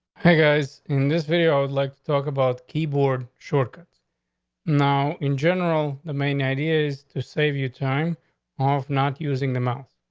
i guys, in this way, i would like to talk about keyboard shortcuts now, in general, the main ideas to save you time of not using them out.